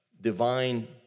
divine